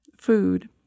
food